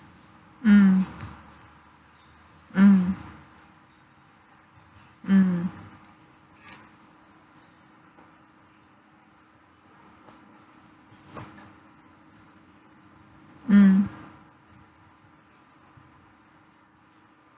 mm mm mm mm